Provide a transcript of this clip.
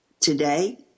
today